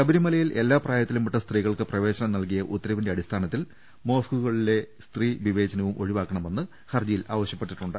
ശബരിമലയിൽ എല്ലാ പ്രായത്തിലുംപെട്ട സ്ത്രീകൾക്ക് പ്രവേശനം നൽകിയ ഉത്തരവിന്റെ അടിസ്ഥാനത്തിൽ മോസ്കുകളിലെ സ്ത്രീ വിവേചനവും ഒഴിവാക്കണമെന്ന് ഹർജിയിൽ ആവശ്യപ്പെട്ടിട്ടുണ്ട്